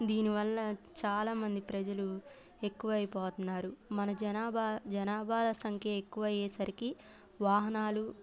దీనివల్ల చాలా మంది ప్రజలు ఎక్కువైపోతున్నారు మన జనాభా జనాభాల సంఖ్య ఎక్కువయ్యేసరికి వాహనాలు